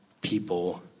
people